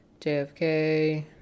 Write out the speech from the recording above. JFK